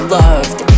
loved